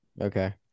okay